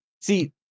See